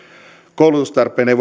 koulutustarpeen ei